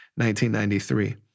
1993